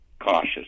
cautious